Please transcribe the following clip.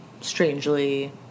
strangely